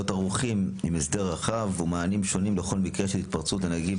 ערוכים עם הסדר רחב ומענים שונים בכל מקרה של התפרצות הנגיף,